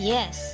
Yes